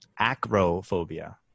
Acrophobia